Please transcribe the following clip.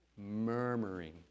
murmuring